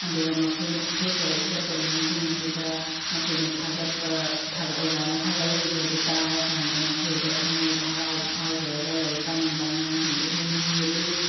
ꯑꯗꯨꯒ ꯃꯈꯣꯏꯅ ꯎꯠꯊꯣꯛꯆꯔꯛꯏꯕ ꯇꯦꯂꯦꯟꯁꯤꯡ ꯑꯗꯨꯗ ꯃꯈꯣꯏꯅ ꯊꯥꯒꯠꯄ ꯑꯣꯖꯥꯅ ꯊꯥꯒꯠꯂꯛꯏꯕꯗꯨ ꯇꯥꯔ ꯀꯥꯟꯗ ꯃꯈꯣꯏꯗ ꯊꯃꯣꯏꯗ ꯍꯔꯥꯎꯕ ꯐꯥꯎꯖꯔꯒ ꯂꯥꯏꯔꯤꯛ ꯄꯥꯅꯤꯡꯕ ꯑꯉꯥꯡꯁꯤꯡꯗ ꯍꯦꯟꯅ ꯍꯦꯜꯂꯤ